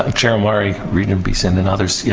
um chair omari, regent beeson, and others,